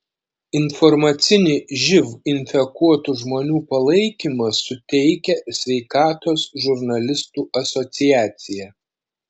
informacinį živ infekuotų žmonių palaikymą suteikia sveikatos žurnalistų asociacija